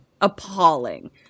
Appalling